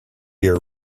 your